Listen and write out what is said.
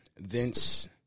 Vince